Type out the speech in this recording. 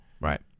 Right